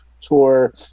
tour